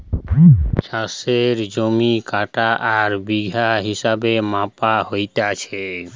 চাষের জমি কাঠা আর বিঘা হিসেবে মাপা হতিছে